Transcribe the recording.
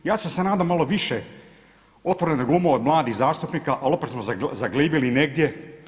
Ja sam se nadao malo više otvorene glume od mladih zastupnika, ali opet smo zaglibili negdje.